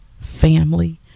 family